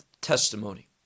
testimony